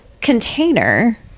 container